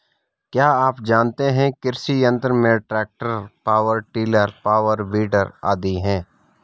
क्या आप जानते है कृषि यंत्र में tractor, power tiller, power weeder आदि है?